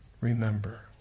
Remember